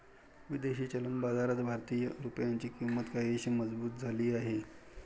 विदेशी चलन बाजारात भारतीय रुपयाची किंमत काहीशी मजबूत झाली आहे